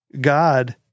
God